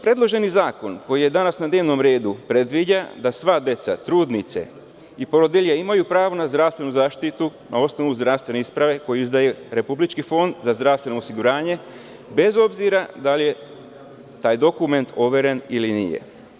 Predloženi zakon koji je danas na dnevnom redu predviđa da svaka deca, trudnice i porodilje imaju pravo na zdravstvenu zaštitu na osnovu zdravstvene isprave koju izdaje Republički fond za zdravstveno osiguranje, bez obzira da li je taj dokument overen ili nije.